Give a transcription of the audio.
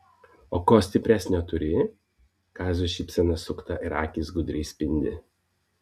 o ko stipresnio turi kazio šypsena sukta ir akys gudriai spindi